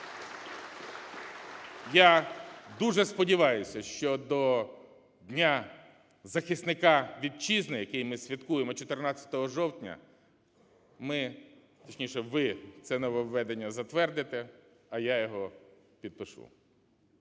Я дуже сподіваюся, що до Дня захисника Вітчизни, який ми святкуємо 14 жовтня, ми, точніше ви, це нововведення затвердите, а я його підпишу.